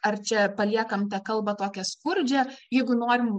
ar čia paliekam tą kalbą tokią skurdžią jeigu norim